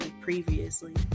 previously